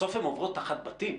בסוף הן עוברות תחת בתים.